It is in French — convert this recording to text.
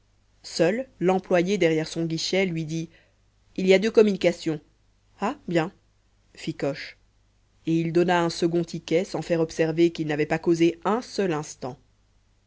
seul l'employé derrière son guichet lui dit il y a deux communications ah bien fit coche et il donna un second ticket sans faire observer qu'il n'avait pas causé un seul instant